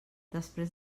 després